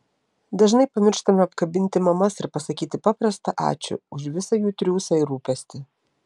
dažnai pamirštame apkabinti mamas ir pasakyti paprastą ačiū už visą jų triūsą ir rūpestį